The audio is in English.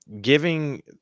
giving